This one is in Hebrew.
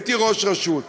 הייתי ראש רשות,